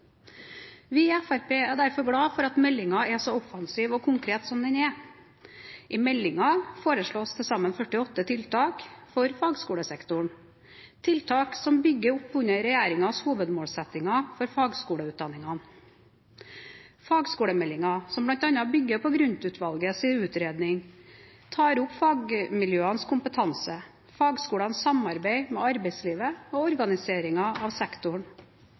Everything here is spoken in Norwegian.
Vi i Fremskrittspartiet er derfor glade for at meldingen er så offensiv og konkret som den er. I meldingen foreslås til sammen 48 tiltak for fagskolesektoren, tiltak som bygger opp under regjeringens hovedmålsettinger for fagskoleutdanningene. Fagskolemeldingen, som bl.a. bygger på Grund-utvalgets utredning, tar opp fagmiljøenes kompetanse, fagskolenes samarbeid med arbeidslivet og organiseringen av sektoren.